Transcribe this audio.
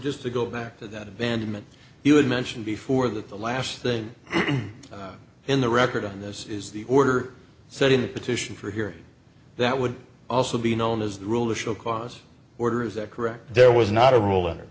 just to go back to that abandonment you had mentioned before that the last thing in the record on this is the order so that in the petition for here that would also be known as the rule to show cause order is that correct there was not a rule